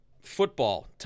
football